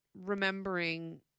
remembering